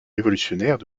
révolutionnaires